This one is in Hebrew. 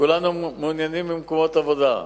כולנו מעוניינים במקומות עבודה.